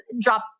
drop